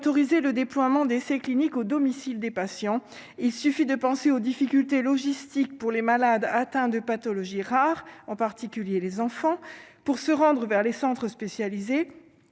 à autoriser le déploiement d'essais cliniques au domicile des patients, il suffit de penser aux difficultés logistiques pour les malades atteints de pathologies rares, en particulier les enfants pour se rendre vers les centres spécialisés